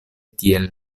tiel